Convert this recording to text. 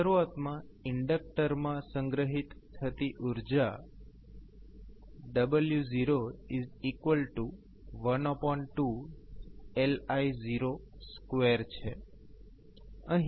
શરૂઆતમાં ઇન્ડકટરમાં સંગ્રહિત થતી ઉર્જા w12LI02છે